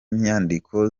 nyandiko